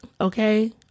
okay